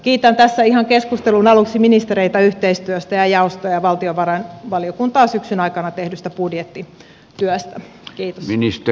kiitän tässä ihan keskustelun aluksi ministereitä yhteistyöstä ja jaostoa ja valtiovarainvaliokuntaa syksyn aikana tehdystä budjettityöstä